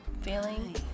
feeling